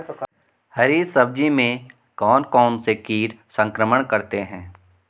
हरी सब्जी में कौन कौन से कीट संक्रमण करते हैं?